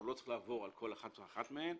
אבל הוא לא צריך לעבור על כל אחת ואחת מהן.